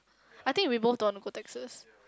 I think we both don't want to go Texas